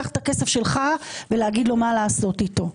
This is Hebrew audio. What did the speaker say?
קח את הכסף שלך ולהגיד לו מה לעשות איתו,